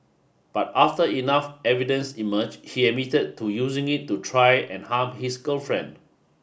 but after enough evidence emerged he admitted to using it to try and harm his girlfriend